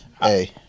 Hey